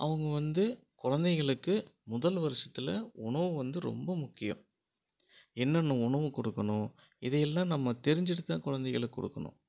அவங்க வந்து குழந்தைகளுக்கு முதல் வருஷத்தில் உணவு வந்து ரொம்ப முக்கியம் என்னென்ன உணவு கொடுக்கணும் இதை எல்லாம் நம்ம தெரிஞ்சுகிட்டு தான் குழந்தைகளுக்கு கொடுக்கணும்